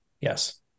Yes